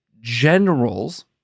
generals